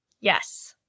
yes